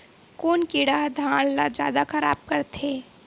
कोन कीड़ा ह धान ल जादा खराब करथे?